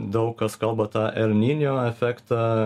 daug kas kalba tą elninjo efektą